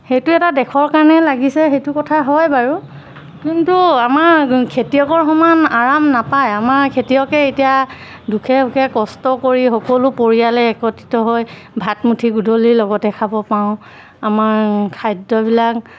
সেইটো এটা দেশৰ কাৰণে লাগিছে সেইটো কথা হয় বাৰু কিন্তু আমাৰ খেতিয়কৰ সমান আৰাম নাপাই আমাৰ খেতিয়কে এতিয়া দুখে ভোকে কষ্ট কৰি সকলো পৰিয়ালে একত্ৰিত হৈ ভাত মুঠি গধূলিৰ লগতে খাব পাওঁ আমাৰ খাদ্যবিলাক